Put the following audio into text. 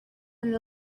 and